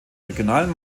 regionalen